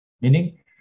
Meaning